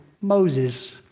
Moses